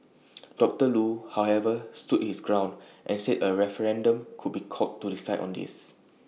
doctor Loo however stood his ground and said A referendum could be called to decide on this